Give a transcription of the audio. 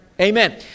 Amen